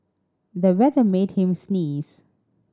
the weather made him sneeze